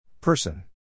person